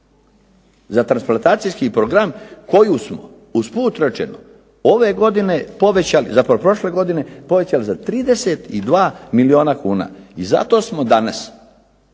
za transplantacijski program koju smo, usput rečeno, ove godine povećali zapravo prošle godine povećali za 32 milijuna kuna. I zato smo danas,